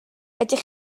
ydych